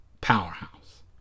Powerhouse